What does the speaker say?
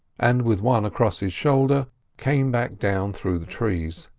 and with one across his shoulder came back down through the trees.